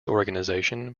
organization